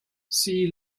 see